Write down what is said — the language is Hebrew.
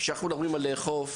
כשמדברים על אכיפה,